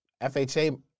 FHA